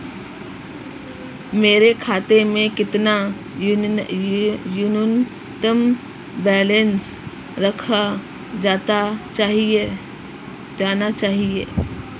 मेरे खाते में कितना न्यूनतम बैलेंस रखा जाना चाहिए?